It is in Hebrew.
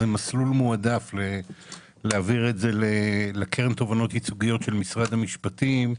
זה מסלול מועדף להעביר את הכסף לקרן תובענות ייצוגיות של משרד המשפטים,